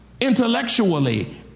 intellectually